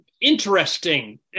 interesting